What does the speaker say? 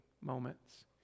moments